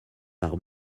par